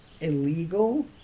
Illegal